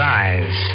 eyes